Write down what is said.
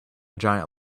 giant